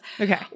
Okay